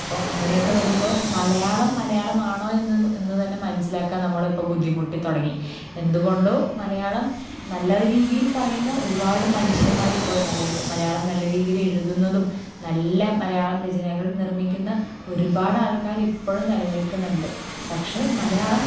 അപ്പോൾ അങ്ങനെയൊക്കെ വരുമ്പോൾ മലയാളം മലയാളമാണോ എന്ന് എന്നുതന്നെ മനസ്സിലാക്കാൻ നമ്മളിപ്പോൾ ബുദ്ധിമുട്ടി തുടങ്ങി എന്തുകൊണ്ടോ മലയാളം നല്ലൊരു രീതിയിൽ പറയുന്ന ഒരുപാട് മനുഷ്യന്മാർ ഇപ്പോൾ മലേ മലയാളം നല്ല രീതിയിൽ എഴുതുന്നതും നല്ല മലയാളം രചനകൾ നിർമ്മിക്കുന്ന ഒരുപാട് ആൾക്കാര് ഇപ്പോഴും നിലനിൽക്കുന്നുണ്ട് പക്ഷെ മലയാളം